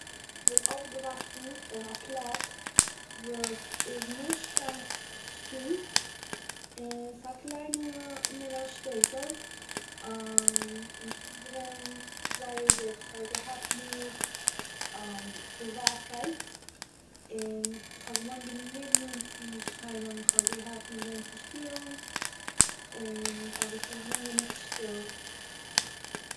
איך בין אויפגעוואקסן אין א פלאץ וואס איז נישט א שטאט ס'איז א קליינע מינער שטעטל און ס'איז געווען זייער גוט, כ'האב געהאט מער פריוואטקייט און כ'האב געוואוינט גענוג נאענט צו שכנים, כ'האב געהאט מיט וועם צו שפילן און, אבער ס'איז געווען גענוג שטיל